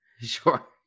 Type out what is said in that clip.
Sure